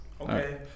Okay